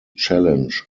challenge